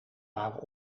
waren